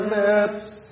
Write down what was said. lips